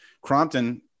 Crompton